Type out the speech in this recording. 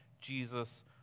Jesus